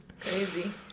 crazy